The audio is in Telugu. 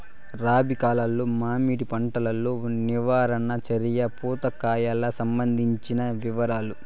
రబి కాలంలో మామిడి పంట లో నివారణ చర్యలు పూత కాయలకు సంబంధించిన వివరాలు?